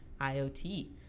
IoT